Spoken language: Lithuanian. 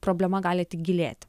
problema gali tik gilėti